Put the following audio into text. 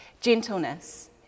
gentleness